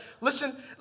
Listen